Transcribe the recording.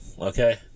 Okay